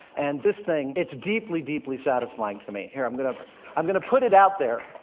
and this thing, it's deeply, deeply satisfying to me. here, i'm going ah i'm going to put it out there,